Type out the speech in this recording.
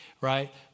right